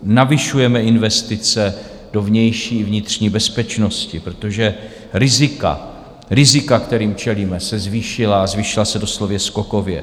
Navyšujeme investice do vnější i vnitřní bezpečnosti, protože rizika, kterým čelíme, se zvýšila a zvýšila se doslova skokově.